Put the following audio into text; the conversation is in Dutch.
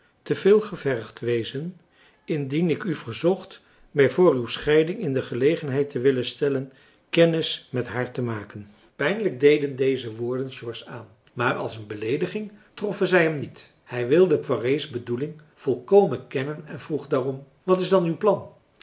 veel gevergd wezen indien ik u verzocht mij voor uw scheiding in de gelegenheid te willen stellen kennis met haar te maken pijnlijk deden deze woorden george aan maar als een beleediging troffen zij hem niet hij wilde poiré's bedoeling volkomen kennen en vroeg daarom wat is dan uw plan